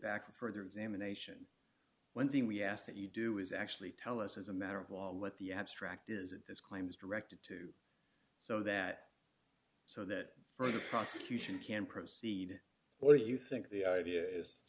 back for further examination one thing we ask that you do is actually tell us as a matter of law what the abstract is that this claim is directed to so that so that for the prosecution can proceed or you think the idea is